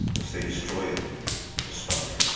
lest they destroy it for spite.